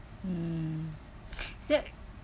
mm s~